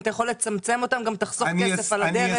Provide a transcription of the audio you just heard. אתה יכול לצמצם אותם וגם תחסוך כסף על הדרך.